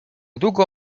długo